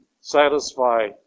satisfy